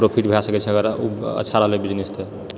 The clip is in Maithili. प्रोफिट भए सकैत छै अगर ओ अच्छा रहलै बिजनेस तऽ